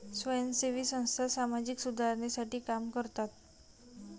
स्वयंसेवी संस्था सामाजिक सुधारणेसाठी काम करतात